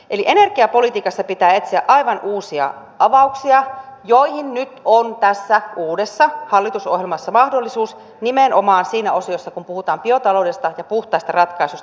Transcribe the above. eli energiapolitiikassa pitää etsiä aivan uusia avauksia joihin nyt on tässä uudessa hallitusohjelmassa mahdollisuus nimenomaan siinä osiossa kun puhutaan biotaloudesta ja puhtaasta ratkaisusta